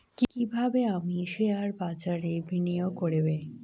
কিভাবে আমি শেয়ারবাজারে বিনিয়োগ করবে?